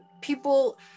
people